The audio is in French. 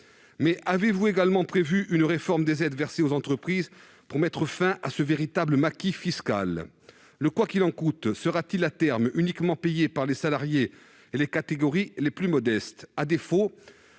Avez-vous également prévu une réforme des aides versées aux entreprises pour mettre fin à ce véritable maquis fiscal ? Le « quoi qu'il en coûte » sera-t-il, à terme, uniquement payé par les salariés et les catégories les plus modestes ? À défaut,